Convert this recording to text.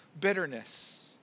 bitterness